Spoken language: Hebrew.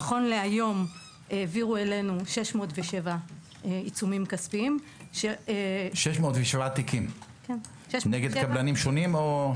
נכון להיום העבירו אלינו 607 תיקים של עיצומים כספיים נגד קבלנים שונים.